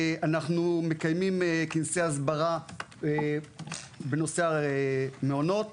אנחנו מקיימים כנסי הסברה בנושא המעונות.